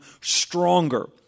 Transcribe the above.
stronger